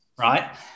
right